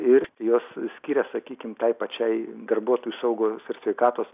ir juos skiria sakykim tai pačiai darbuotojų saugos ir sveikatos